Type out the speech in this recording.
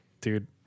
dude